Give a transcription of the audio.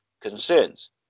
concerns